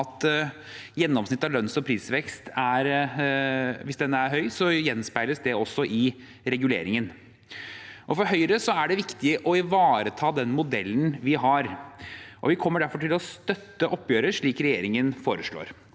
at gjennomsnittet av lønns- og prisvekst – hvis den er høy – gjenspeiles i reguleringen. For Høyre er det viktig å ivareta den modellen vi har. Vi kommer derfor til å støtte oppgjøret slik regjeringen foreslår.